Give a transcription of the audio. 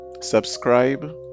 subscribe